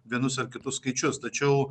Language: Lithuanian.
vienus ar kitus skaičius tačiau